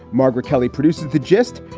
margaret kelly produces the gist.